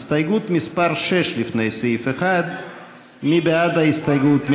הסתייגות מס' 6, לפני סעיף 1. מי בעד ההסתייגות?